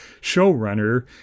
showrunner